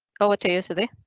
go to yesterday.